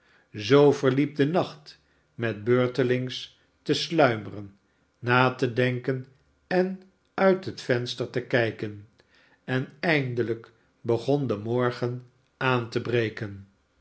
zoo verliep de nacht met beurtelings te sluimeren na te denken en uit het venster te kijken en eindelijk begon de morgen aan te breken